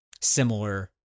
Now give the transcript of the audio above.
similar